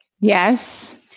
Yes